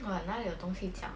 !wah! 哪里有东西讲